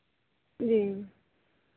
जी